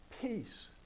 peace